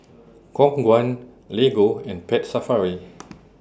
Khong Guan Lego and Pet Safari